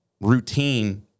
routine